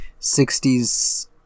60s